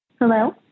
hello